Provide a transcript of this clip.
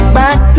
back